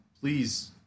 please